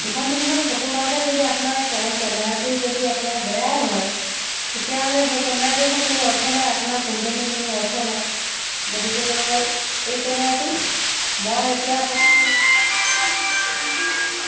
দুখন তিনিখন ফটো মাৰোঁতেই যদি আপোনাৰ কেনন কেমেৰাটো যদি আপোনাৰ বেয়াই হয় তেতিয়াহ'লে সেই কেমেৰাটোতো কোনো অৰ্থ নাই আপোনাৰ কোম্পেনীৰ কোনো অৰ্থ নাই গতিকেলৈ এই কেমেৰাটো মই এতিয়া আপোনাৰ